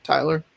Tyler